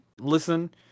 listen